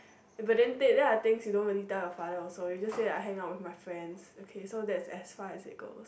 but then then I think you don't really tell your father also you just said that I hang out with my friends okay so that's as far as it goes